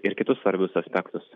ir kitus svarbius aspektus